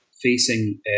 facing